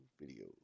Video